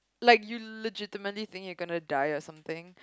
like you legitimately think you're gonna die or something